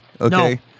Okay